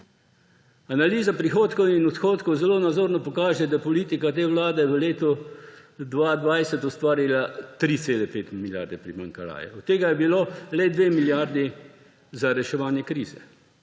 Analiza prihodkov in odhodkov zelo nazorno pokaže, da je politika te vlade v letu 2020 ustvarila 3,5 milijarde primanjkljaja. Od tega sta bili le 2 milijardi za reševanje krize.